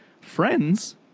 Friends